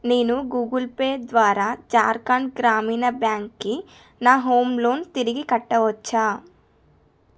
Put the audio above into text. నేను Google Pay ద్వారా ఝార్ఖండ్ గ్రామీణ బ్యాంక్కి నా హోమ్ లోన్ తిరిగి కట్టవచ్చా